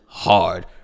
Hard